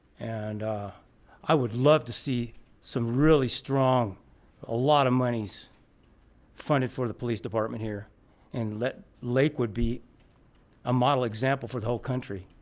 and i would love to see some really strong a lot of monies funded for the police department here and let lakewood be a model example for the whole country.